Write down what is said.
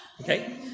okay